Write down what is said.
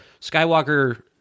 skywalker